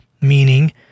meaning